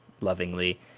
lovingly